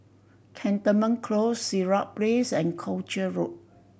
Cantonment Close Sirat Place and Croucher Road